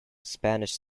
spanish